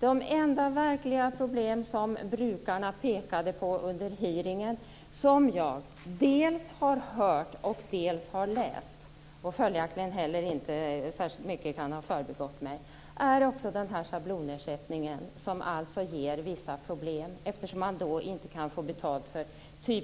De enda verkliga problem som brukarna pekade på under hearingen, som jag dels har hört, dels har läst - följaktligen kan inte heller särskilt mycket ha förbigått mig - är också den här schablonersättningen. Den ger vissa problem eftersom man t.ex. inte kan få betalt för